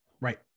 Right